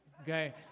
okay